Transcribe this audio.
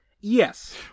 Yes